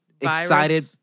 excited